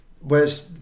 whereas